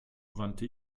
wandte